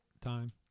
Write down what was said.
time